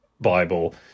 Bible